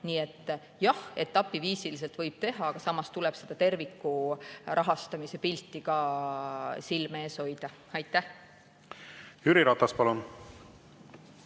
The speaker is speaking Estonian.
Nii et jah, etapiviisiliselt võib teha, aga samas tuleb seda terviku rahastamise pilti silme ees hoida. Aitäh! Jaa,